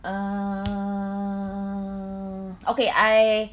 err okay I